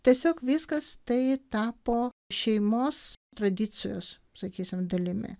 tiesiog viskas tai tapo šeimos tradicijos sakysim dalimi